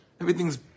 everything's